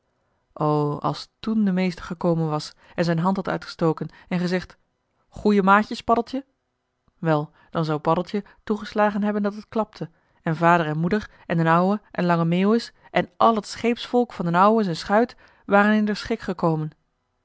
als toen de meester gekomen was en z'n hand had uitgestoken en gezegd goeie maatjes paddeltje wel dan zou paddeltje toegeslagen hebben dat het klapte en vader en moeder en d'n ouwe en lange meeuwis en al het scheepsvolk van d'n ouwe z'n schuit waren in d'r schik gekomen